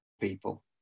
people